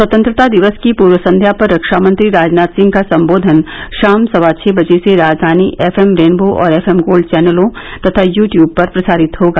स्वतंत्रता दिवस की पूर्व संध्या पर रक्षामंत्री राजनाथ सिंह का संबोधन शाम सवा छह बजे से राजधानी एफ एम रेनबो और एफ एम गोल्ड चैनलों तथा यू ट्यूब पर प्रसारित होगा